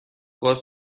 گاز